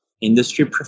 industry